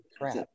crap